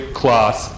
class